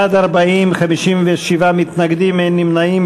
בעד, 40, 57 מתנגדים, אין נמנעים.